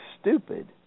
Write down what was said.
stupid